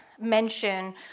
mention